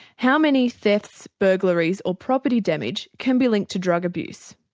how many thefts, burglaries or property damage can be linked to drug abuse?